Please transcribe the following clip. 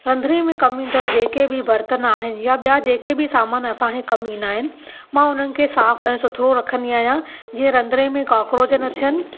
रंधिणे में कमु ईंदड़ जेके बि बर्तन आहिनि या ॿिया जेके बि सामानु असांखे कमु ईंदा आहिनि मां उन्हनि खे साफ़ु ऐं सुथरो रखंदी आहियां जीअं रंधिणे में कॉक्रोज न थियनि